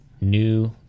new